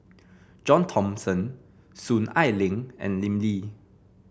John Thomson Soon Ai Ling and Lim Lee